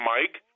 Mike